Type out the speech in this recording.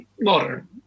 modern